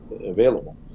available